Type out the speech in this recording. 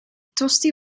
tosti